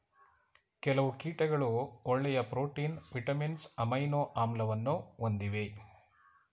ಕೆಲವು ಕೀಟಗಳು ಒಳ್ಳೆಯ ಪ್ರೋಟೀನ್, ವಿಟಮಿನ್ಸ್, ಅಮೈನೊ ಆಮ್ಲವನ್ನು ಹೊಂದಿವೆ